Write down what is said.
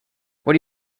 what